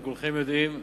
וכולכם יודעים,